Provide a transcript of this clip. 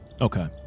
okay